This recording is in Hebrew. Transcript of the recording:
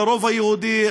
לרוב היהודי,